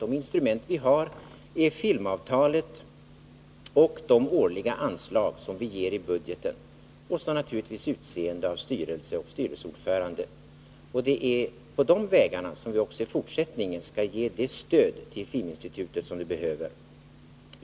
De instrument vi har är filmavtalet och det årliga anslag som vi ger i budgeten, och så naturligtvis utseende av styrelse och styrelseordförande. Det är på de vägarna vi även i fortsättningen skall ge det stöd till Filminstitutet som behövs.